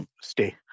stay